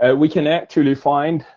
and we can actually find,